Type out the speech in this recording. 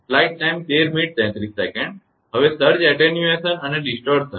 હવે surge attenuation અને distortion